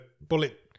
bullet